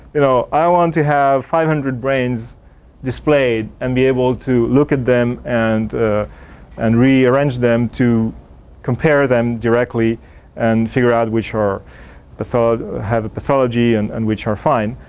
you know, i want to have five hundred brains displayed and be able to look at them and and rearrange them to compare them directly and figure out which are have a pathology and and which are fine.